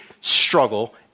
struggle